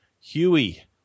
Huey